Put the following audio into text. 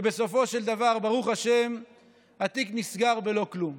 ובסופו של דבר ברוך השם התיק נסגר בלא כלום.